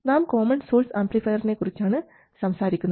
നാം common source ആംപ്ലിഫയറിനെക്കുറിച്ചാണ് സംസാരിക്കുന്നത്